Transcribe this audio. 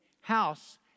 house